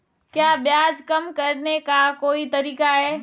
क्या ब्याज कम करने का कोई तरीका है?